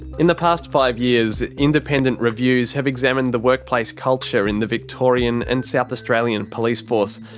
in the past five years, independent reviews have examined the workplace culture in the victorian and south australian police force,